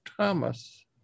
Thomas